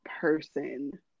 person